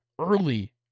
early